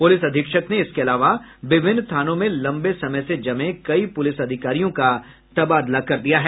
police अधीक्षक ने इसके अलावा विभिन्न थानों में लंबे समय से जमे कई पुलिस अधिकारियों का तबादला कर दिया है